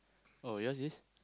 oh yours is